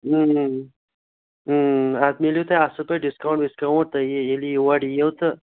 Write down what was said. اتھ میلوٕ تۄہہ اَصٕل پٲٹھۍ ڈِسکاوُنٛٹ وِسکاوُنٛٹ تُہۍ ییٚلہِ یور یِیِو تہٕ